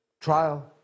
trial